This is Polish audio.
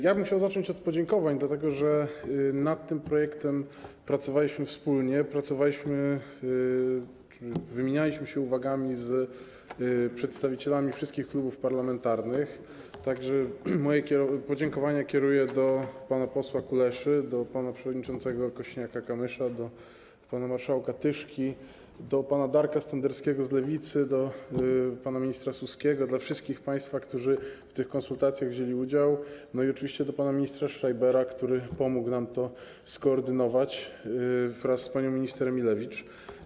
Ja bym chciał zacząć od podziękowań, dlatego że nad tym projektem pracowaliśmy wspólnie, pracowaliśmy, wymienialiśmy się uwagami z przedstawicielami wszystkich klubów parlamentarnych, tak że moje podziękowania kieruję do pana posła Kuleszy, do pana przewodniczącego Kosiniaka-Kamysza, do pana marszałka Tyszki, do pana Darka Standerskiego z Lewicy, do pana ministra Suskiego, do wszystkich państwa, którzy w tych konsultacjach wzięli udział, i oczywiście do pana ministra Schreibera, który pomógł nam to skoordynować wraz z panią minister Emilewicz.